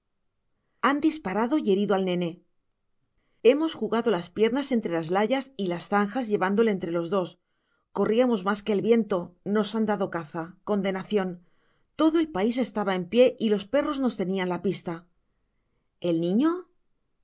han disparado y herido al nene hemos jugado las piernas por entre las layas y las zanjas llevándole entre los dos corriamos mas que el viento nos han dado la caza condenacion todo el pais estaba en pié y los perros nos tenian la pista el niño